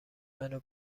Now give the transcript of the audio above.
منو